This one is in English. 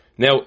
Now